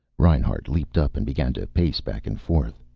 reinhart leaped up and began to pace back and forth.